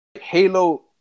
Halo